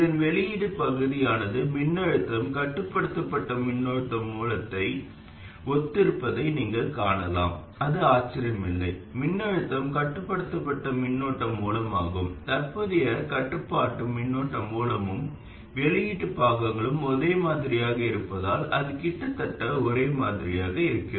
இதன் வெளியீட்டுப் பகுதியானது மின்னழுத்தம் கட்டுப்படுத்தப்பட்ட மின்னோட்ட மூலத்தை ஒத்திருப்பதை நீங்கள் காணலாம் அது ஆச்சரியமில்லை மின்னழுத்தம் கட்டுப்படுத்தப்பட்ட மின்னோட்ட மூலமும் தற்போதைய கட்டுப்பாட்டு மின்னோட்ட மூலமும் வெளியீட்டு பாகங்கள் ஒரே மாதிரியாக இருப்பதால் அது கிட்டத்தட்ட ஒரே மாதிரியாக இருக்கிறது